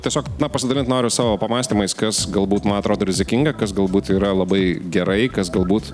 tiesiog na pasidalint noriu savo pamąstymais kas galbūt man atrodo rizikinga kas galbūt yra labai gerai kas galbūt